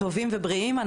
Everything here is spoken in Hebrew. טובים ובריאים.